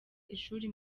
ishuri